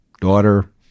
daughter